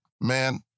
man